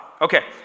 Okay